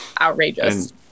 outrageous